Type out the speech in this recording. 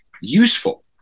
useful